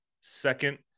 second